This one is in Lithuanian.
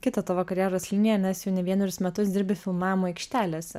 kitą tavo karjeros liniją nes jau ne vienerius metus dirbi filmavimo aikštelėse